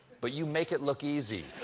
but you make it look easy.